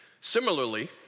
similarly